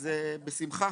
בשמחה.